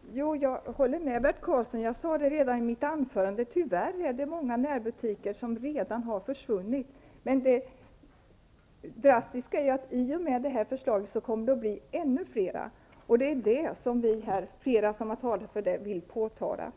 Fru talman! Jag håller med Bert Karlsson. Jag sade redan i mitt inledningsanförande att det tyvärr är många närbutiker som redan har försvunnit. Men i och med detta förslag kommer det att bli ännu fler. Det är det som flera av oss har velat påtala.